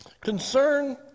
Concern